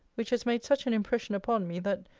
which has made such an impression upon me, that,